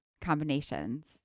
combinations